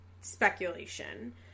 speculation